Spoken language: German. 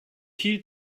hielt